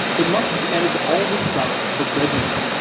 it must be added to all wheat flour for bread making.